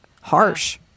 harsh